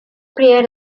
pier